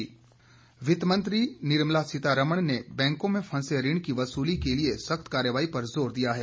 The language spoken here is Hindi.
वित्त मंत्री वित्तमंत्री निर्मला सीतारामन ने बैंकों के फंसे ऋण की वसूली के लिए सख्त कार्रवाई पर जोर दिया है